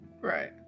Right